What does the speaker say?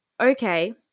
okay